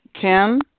Kim